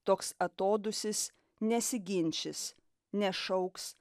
toks atodūsis nesiginčys nešauks